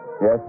Yes